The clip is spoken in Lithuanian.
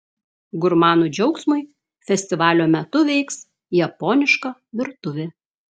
gurmanų džiaugsmui festivalio metu veiks japoniška virtuvė